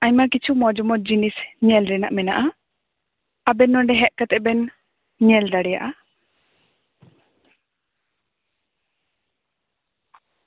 ᱟᱭᱢᱟ ᱠᱤᱪᱷᱩ ᱢᱚᱡᱽᱼᱢᱚᱡᱽ ᱡᱤᱱᱤᱥ ᱧᱮᱞ ᱨᱮᱱᱟᱜ ᱢᱮᱱᱟᱜᱼᱟ ᱟᱵᱮᱱ ᱱᱚᱸᱰᱮ ᱦᱮᱡ ᱠᱟᱛᱮ ᱵᱮᱱ ᱧᱮᱞ ᱫᱟᱲᱮᱭᱟᱜᱼᱟ